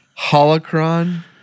Holocron